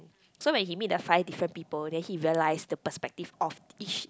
so when he meet the five different people then he realise the perspective of each